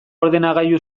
ordenagailu